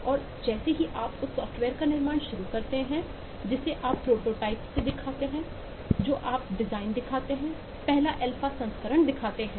और जैसे ही आप उस सॉफ़्टवेयर का निर्माण शुरू करते हैं जिसे आप प्रोटोटाइप दिखाते हैं जो आप डिज़ाइन दिखाते हैं पहला अल्फा संस्करण दिखाते हैं